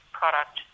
product